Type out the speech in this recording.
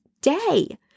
day